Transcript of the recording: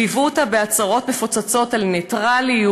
הם ליוו אותה בהצהרות מפוצצות על נייטרליות